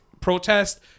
protest